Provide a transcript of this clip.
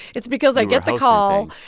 it's because i get the call,